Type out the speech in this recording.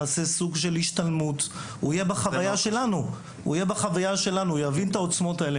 נעשה סוג של השתלמות והוא יהיה בחוויה שלנו ויבין את העוצמות.